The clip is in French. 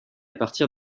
partir